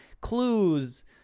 clues